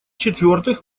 четвертых